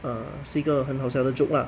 err 是一个很好笑的 joke lah